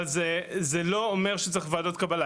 אבל זה לא אומר שצריך ועדות קבלה.